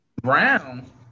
Brown